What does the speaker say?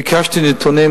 ביקשתי נתונים,